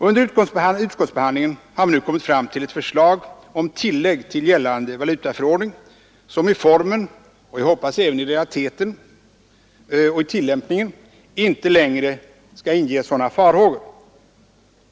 Under utskottsbehandlingen har man nu kommit fram till ett förslag om tillägg till gällande valutaförordning som i formen, och jag hoppas även i realiteten och i tillämpningen, inte längre skall inge sådana farhågor.